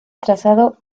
trazado